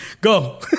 Go